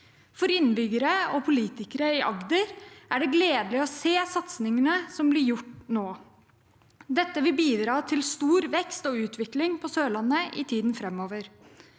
For innbyggere og politikere i Agder er det gledelig å se satsingene som nå blir gjort. Dette vil bidra til stor vekst og utvikling på Sørlandet i tiden framover.